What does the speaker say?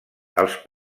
els